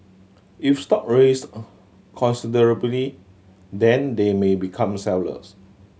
if stock raise considerably then they may become sellers